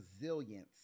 resilience